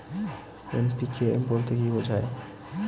NPK বলতে কী বোঝায়?